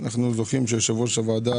אנחנו זוכים לכך שיושב ראש הוועדה,